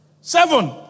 Seven